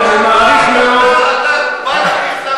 אני מעריך מאוד, לא, לא.